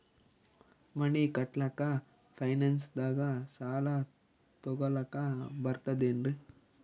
ಮನಿ ಕಟ್ಲಕ್ಕ ಫೈನಾನ್ಸ್ ದಾಗ ಸಾಲ ತೊಗೊಲಕ ಬರ್ತದೇನ್ರಿ?